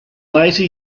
later